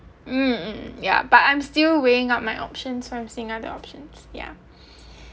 mm yeah but I'm still weighing up my options from seeing other options yeah